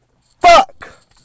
Fuck